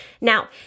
Now